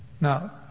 Now